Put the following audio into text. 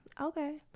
okay